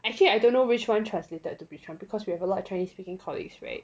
actually I don't know which one translated to be because we have a lot of chinese speaking colleagues [right]